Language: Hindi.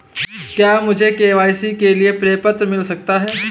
क्या मुझे के.वाई.सी के लिए प्रपत्र मिल सकता है?